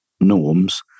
norms